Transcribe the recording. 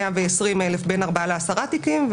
ל-120,000 יש בין ארבעה ל-10 תיקים,